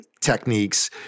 techniques